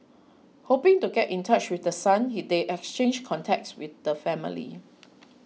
hoping to get in touch with the son he they exchanged contacts with the family